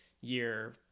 year